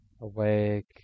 awake